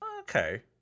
Okay